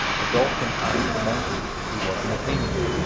the dolphin asked the monkey if he was an athenian.